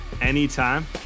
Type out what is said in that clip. anytime